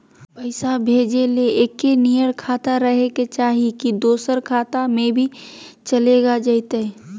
पैसा भेजे ले एके नियर खाता रहे के चाही की दोसर खाता में भी चलेगा जयते?